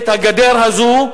את הגדר הזו,